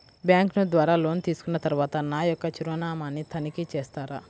Bank ద్వారా loan తీసుకున్న తరువాత నా యొక్క చిరునామాని తనిఖీ చేస్తారా?